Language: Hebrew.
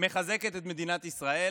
מחזקת את מדינת ישראל,